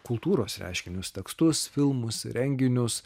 kultūros reiškinius tekstus filmus renginius